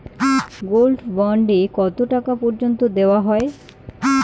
Gold bond এ কতো টাকা পর্যন্ত দেওয়া হয়?